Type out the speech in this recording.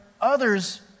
others